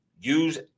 Use